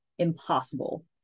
impossible